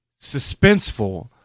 suspenseful